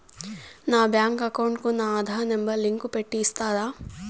నా bank account కు నా ఆధార్ నెంబర్ లింకు పెట్టి ఇస్తారా?